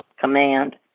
command